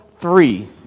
three